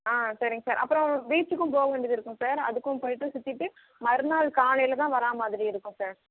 ஆ சரிங்க சார் அப்புறோம் பீச்சிக்கும் போக வேண்டியது இருக்கும் சார் அதுக்கும் போயிவிட்டு சுற்றிட்டு மறுநாள் காலையில் தான் வரா மாதிரி இருக்கும் சார்